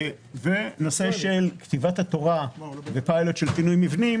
ונושא של כתיבת התורה בפיילוט של פינוי מבנים